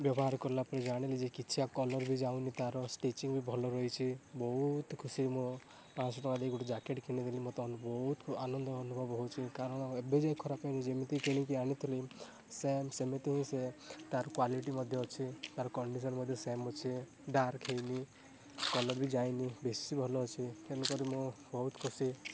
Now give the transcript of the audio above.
ବ୍ୟବହାର କଲାପରେ ଜାଣିଲି ଯେ କିଛି କଲର ବି ଯାଉନି ତାର ଷ୍ଟିଚିଂ ବି ଭଲ ରହିଛି ବହୁତ ଖୁସି ମୁଁ ପାଞ୍ଚ ଶହ ଟଙ୍କା ଦେଇ ଗୋଟେ ଜ୍ୟାକେଟ୍ କିଣିଥିଲି ମୋତେ ବହୁତ ଆନନ୍ଦ ଅନୁଭବ ହେଉଛି କାରଣ ଏବେ ଯାଏଁ ଖରାପ ହେଇନି ଯେମିତି କିଣିକି ଆଣିଥିଲି ସେମ୍ ସେମିତି ହିଁ ସେ ତା'ର କ୍ୱାଲିଟି ମଧ୍ୟ ଅଛି ତାର କଣ୍ଡିସନ୍ ମଧ୍ୟ ସେମ୍ ଅଛି ଡାର୍କ ହେଇନି କଲର ବି ଯାଇନି ବେଶୀ ଭଲ ଅଛି ତେଣୁକରି ମୁଁ ବହୁତ ଖୁସି